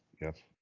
yes